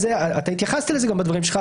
ואתה התייחסת לזה גם בדברים שלך,